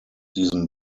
diesem